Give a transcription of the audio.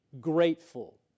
grateful